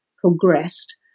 progressed